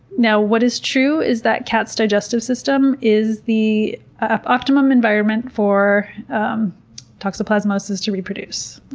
now, what is true is that cats' digestive system is the ah optimum environment for um toxoplasmosis to reproduce.